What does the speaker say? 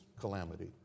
calamity